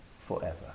forever